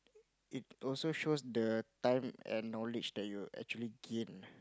it also shows the time and knowledge you actually gain